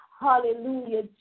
Hallelujah